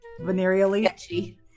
venereally